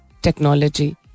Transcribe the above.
technology